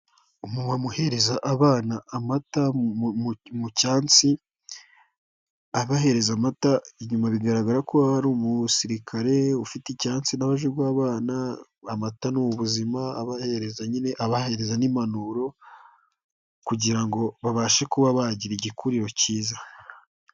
Umuntu urimo uhereza abana amata mu cyansi, abahereza amata, inyuma bigaragara ko hari umusirikare ufite icyansi, nawe aje guha abana amata ni ubuzima aba abahereza, nyine abahereza n'impanuro kugira ngo babashe kuba bagira igikuriro kiza.